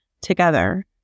together